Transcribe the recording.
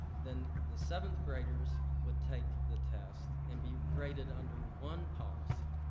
then the seventh graders would take the test and be graded under one policy.